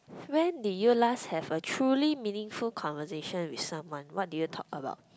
when did you last have a truly meaningful conversation with someone what did you talk about